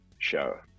show